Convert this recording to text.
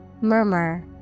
Murmur